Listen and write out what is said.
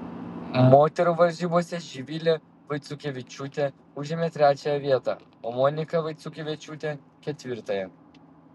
moterų varžybose živilė vaiciukevičiūtė užėmė trečiąją vietą o monika vaiciukevičiūtė ketvirtąją